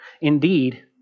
Indeed